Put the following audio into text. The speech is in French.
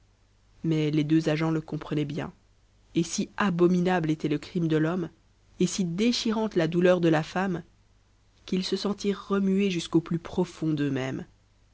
mais les deux agents le comprenaient bien et si abominable était le crime de l'homme et si déchirante la douleur de la femme qu'ils se sentirent remués jusqu'au plus profond d'eux-mêmes